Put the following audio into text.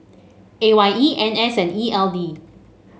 A Y E N S and E L D